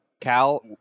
Cal